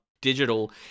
digital